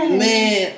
man